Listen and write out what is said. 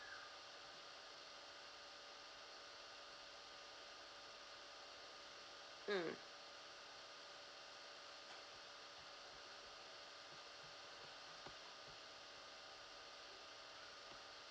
mm